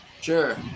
Sure